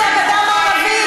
מכבסת המילים, מכבסת המילים שלכם.